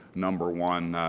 number one,